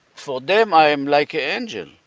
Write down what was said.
for them i am like an angel.